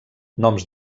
noms